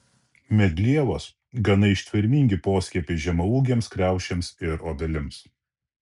medlievos gana ištvermingi poskiepiai žemaūgėms kriaušėms ir obelims